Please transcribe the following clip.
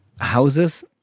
houses